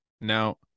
Now